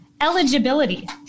eligibility